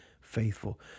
faithful